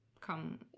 come